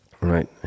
right